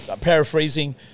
paraphrasing